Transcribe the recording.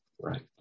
right